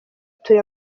turi